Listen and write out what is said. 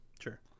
Sure